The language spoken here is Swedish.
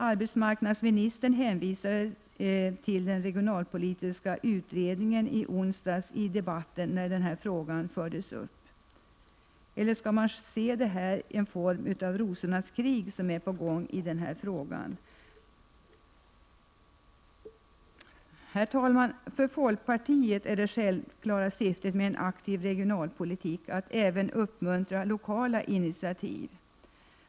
Arbetsmarknadsministern hänvisade ju i onsdags till den regionalpolitiska utredningen. Skall man se det som en Herr talman! För folkpartiet är det självklara syftet med en aktiv regionalpolitik att även uppmuntra till lokala initiativ.